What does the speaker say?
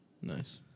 Nice